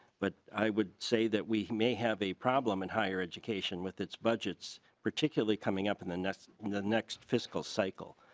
but i would say that we may have a problem in higher education with its budgets particularly coming up in the next and the next fiscal cycle.